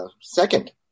second